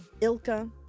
Ilka